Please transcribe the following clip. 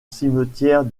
cimetière